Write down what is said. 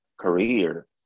career